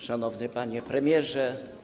Szanowny Panie Premierze!